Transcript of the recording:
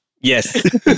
Yes